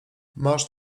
masz